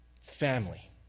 Family